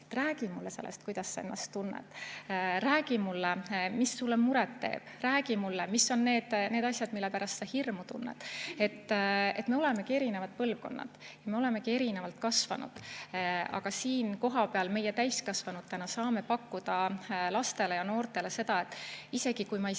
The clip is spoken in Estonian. Räägi mulle sellest, kuidas sa ennast tunned. Räägi mulle, mis sulle muret teeb. Räägi mulle, mis on need asjad, mille pärast sa hirmu tunned. Me olemegi erinevad põlvkonnad, me olemegi erinevalt kasvanud. Aga siinkohal meie, täiskasvanud, täna saame pakkuda lastele ja noortele seda, et isegi kui ma ei